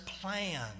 plan